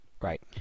Right